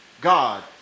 God